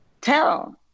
tell